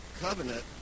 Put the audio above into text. Covenant